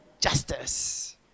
Justice